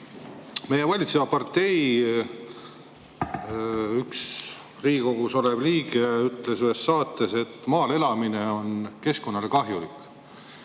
Meie valitseva partei üks Riigikogus olev liige ütles ühes saates, et maal elamine on keskkonnale kahjulik.